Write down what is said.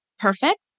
perfect